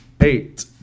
Eight